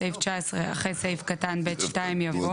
בסעיף 19 אחרי סעיף קטן (ב2) יבוא: